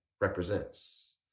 represents